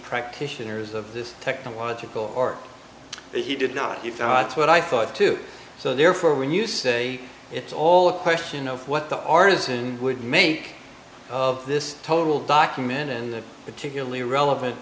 practitioners of this technological or that he did not you know it's what i thought too so therefore when you say it's all a question of what the artisan would make of this total document and particularly relevant